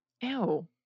Ew